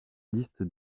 liste